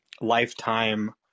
lifetime